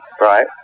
Right